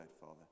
Father